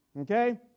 Okay